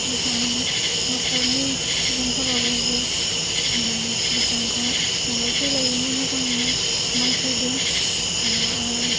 बिथांमोननि नख'रनि सुबुंफोराबो जे बिथांखौ थांलाय फैलायनो मोजाङैनो नायफैदों आरो